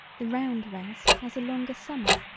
the round rest has a longer summer.